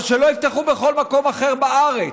אבל שלא יפתחו בכל מקום אחר בארץ,